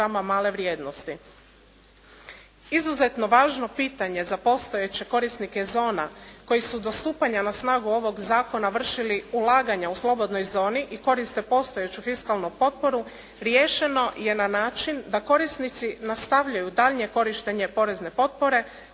Izuzetno važno pitanje za postojeće korisnike zona koji su do stupanja na snagu ovog zakona vršili ulaganja u slobodnoj zoni i koriste postojeću fiskalnu potporu riješeno je na način da korisnici nastavljaju daljnje korištenje porezne potpore